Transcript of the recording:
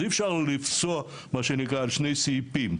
אז אי-אפשר לפסוח על שני הסעיפים.